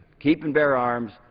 keep and bear arms,